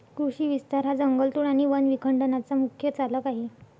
कृषी विस्तार हा जंगलतोड आणि वन विखंडनाचा मुख्य चालक आहे